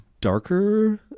darker